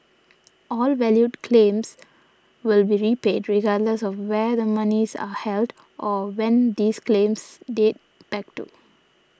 all valid claims will be repaid regardless of where the monies are held or when these claims date back to